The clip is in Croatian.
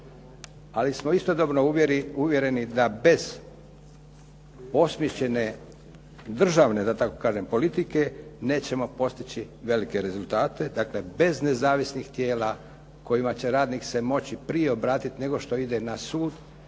Ali smo istodobno uvjereni da bez osmišljene državne, da tako kažem politike nećemo postići velike rezultate, dakle bez nezavisnih tijela kojima će radnik se moći prije obratiti nego što ide na sud